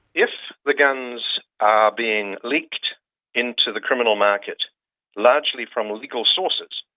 if the guns are being leaked into the criminal market largely from legal sources,